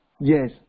Yes